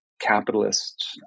capitalist